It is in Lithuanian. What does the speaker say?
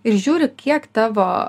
ir žiūri kiek tavo